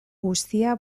guztia